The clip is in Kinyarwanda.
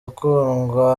ukundwa